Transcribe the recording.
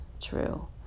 true